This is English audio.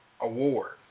award